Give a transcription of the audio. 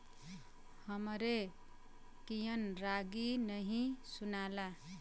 हमरे कियन रागी नही सुनाला